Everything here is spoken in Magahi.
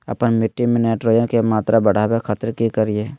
आपन मिट्टी में नाइट्रोजन के मात्रा बढ़ावे खातिर की करिय?